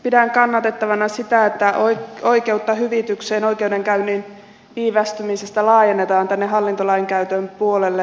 pidän kannatettavana sitä että oikeutta hyvitykseen oikeudenkäynnin viivästymisestä laajennetaan tänne hallintolainkäytön puolelle